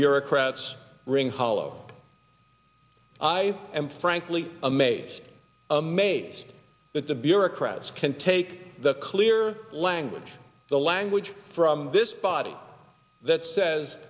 bureaucrats ring hollow i am frankly amazed amazed that the bureaucrats can take the clear language the language from this body that says